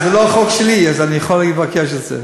זה לא החוק שלי, אז אני יכול לבקש את זה.